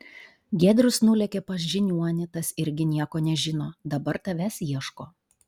giedrius nulėkė pas žiniuonį tas irgi nieko nežino dabar tavęs ieško